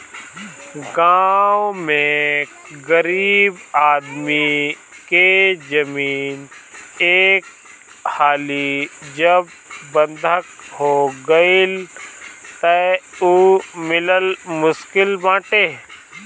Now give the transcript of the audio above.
गांव में गरीब आदमी के जमीन एक हाली जब बंधक हो गईल तअ उ मिलल मुश्किल बाटे